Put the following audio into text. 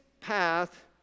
path